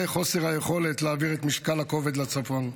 וחוסר היכולת להעביר את משקל הכובד לצפון.